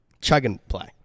Chug-and-play